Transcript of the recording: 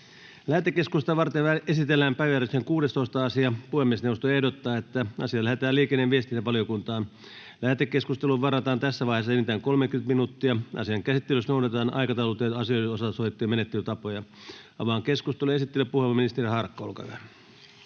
Lähetekeskustelua varten esitellään päiväjärjestyksen 16. asia. Puhemiesneuvosto ehdottaa, että asia lähetetään liikenne- ja viestintävaliokuntaan. Lähetekeskusteluun varataan tässä vaiheessa enintään 30 minuuttia. Asian käsittelyssä noudatetaan aikataulutettujen asioiden osalta sovittuja menettelytapoja. — Avaan keskustelun. Esittelypuheenvuoro, ministeri Harakka, olkaa hyvä.